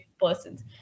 persons